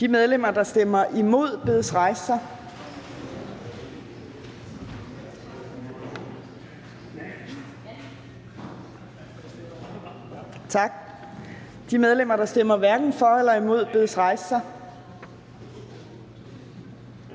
De medlemmer, der stemmer imod, bedes rejse sig. Tak. De medlemmer, der stemmer hverken for eller imod, bedes rejse sig. Tak.